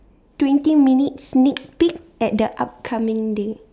twenty minutes sneak peek at the upcoming day